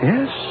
Yes